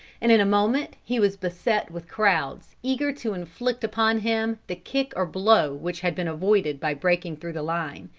and in a moment he was beset with crowds, eager to inflict upon him the kick or blow which had been avoided by breaking through the line.